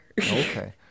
Okay